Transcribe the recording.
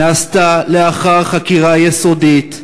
נעשתה לאחר חקירה יסודית,